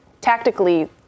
tactically